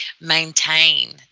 maintain